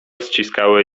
ściskały